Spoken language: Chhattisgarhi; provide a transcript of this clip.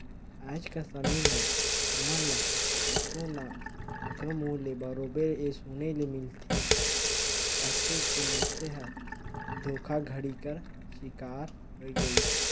आएज कर समे में हमन ल काकरो ना काकरो मुंह ले बरोबेर ए सुने ले मिलते रहथे कि मइनसे हर धोखाघड़ी कर सिकार होए गइस